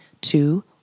two